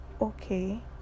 Okay